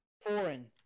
Foreign